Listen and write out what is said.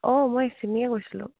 অঁ মই এই চিমিয়ে কৈছিলোঁ